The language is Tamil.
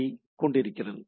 யை கொண்டிருக்கிறது